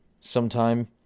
sometime